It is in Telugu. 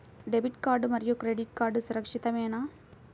డెబిట్ కార్డ్ మరియు క్రెడిట్ కార్డ్ సురక్షితమేనా?